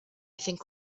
think